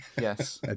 yes